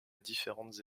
différente